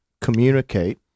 communicate